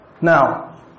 Now